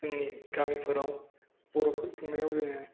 जोंनि गामिफोराव बर'फोर खुंनायाव जोङो